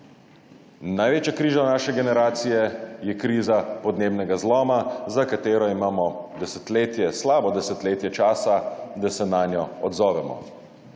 Največja kriza naše generacije je kriza podnebnega zloma, za katero imamo desetletje, slabo desetletje časa, da se nanjo odzovemo.